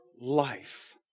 life